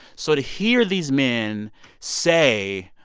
so to hear these men say,